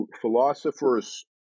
Philosophers